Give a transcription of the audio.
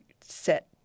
set